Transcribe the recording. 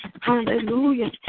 Hallelujah